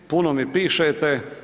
Puno mi pišete.